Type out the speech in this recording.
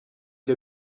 der